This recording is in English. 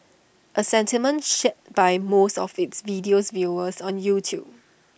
A sentiment shared by most of its video's viewers on YouTube